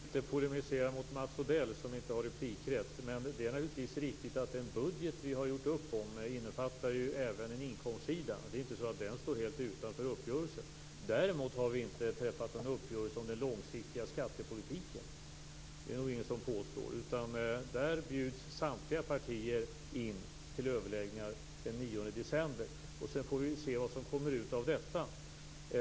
Fru talman! Jag vill inte polemisera mot Mats Odell, som inte har replikrätt. Men det är naturligtvis riktigt att den budget vi har gjort upp om även innefattar en inkomstsida. Det är inte så att den står helt utanför uppgörelsen. Däremot har vi inte träffat någon uppgörelse om den långsiktiga skattepolitiken. Det är det nog ingen som påstår. I den frågan bjuds samtliga partier in till överläggningar den 9 december. Sedan får vi se vad som kommer ut av detta.